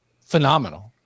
phenomenal